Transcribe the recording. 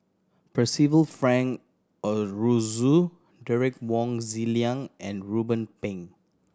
Percival Frank Aroozoo Derek Wong Zi Liang and Ruben Pang